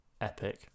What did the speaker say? epic